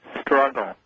struggle